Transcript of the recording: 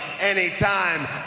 anytime